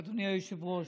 היושב-ראש,